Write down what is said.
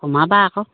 সোমাবা আকৌ